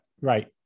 Right